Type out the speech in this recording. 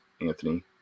Anthony